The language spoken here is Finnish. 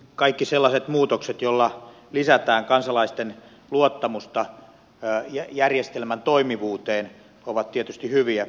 kaikki sellaiset muutokset joilla lisätään kansalaisten luottamusta järjestelmän toimivuuteen ovat tietysti hyviä